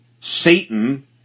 Satan